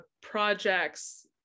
projects